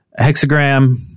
hexagram